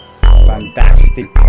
Fantastic